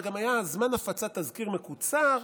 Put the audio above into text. וגם היה זמן הפצת תזכיר מקוצר.